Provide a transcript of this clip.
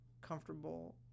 comfortable